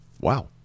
Wow